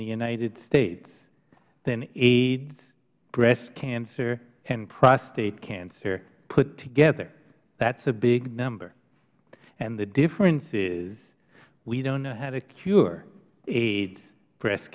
the united states than aids breast cancer and prostate cancer put together that is a big number and the difference is we don't know how to cure aids breast